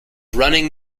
running